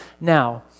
Now